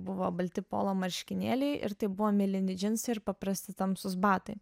buvo balti polo marškinėliai ir tai buvo mėlyni džinsai ir paprasti tamsūs batai